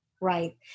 Right